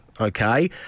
Okay